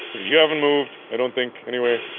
you haven't moved i don't think, anyway.